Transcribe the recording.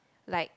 like